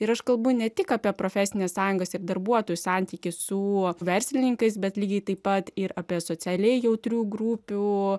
ir aš kalbu ne tik apie profesines sąjungas ir darbuotojų santykį su verslininkais bet lygiai taip pat ir apie socialiai jautrių grupių